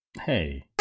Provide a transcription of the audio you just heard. Hey